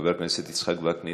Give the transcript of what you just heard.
חבר הכנסת יצחק וקנין,